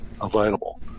available